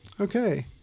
Okay